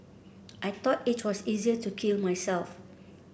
I thought it was easier to kill myself